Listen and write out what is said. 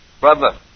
brother